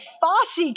Fosse